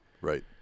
right